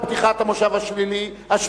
בפתיחת המושב השלישי,